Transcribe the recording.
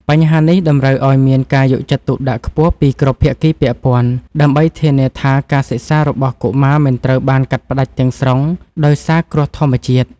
បញ្ហានេះតម្រូវឱ្យមានការយកចិត្តទុកដាក់ខ្ពស់ពីគ្រប់ភាគីពាក់ព័ន្ធ ដើម្បីធានាថាការសិក្សារបស់កុមារមិនត្រូវបានកាត់ផ្ដាច់ទាំងស្រុងដោយសារគ្រោះធម្មជាតិ។